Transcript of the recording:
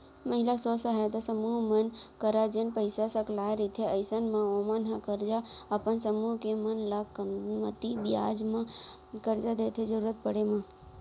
महिला स्व सहायता समूह मन करा जेन पइसा सकलाय रहिथे अइसन म ओमन ह करजा अपन समूह के मन ल कमती बियाज म करजा देथे जरुरत पड़े म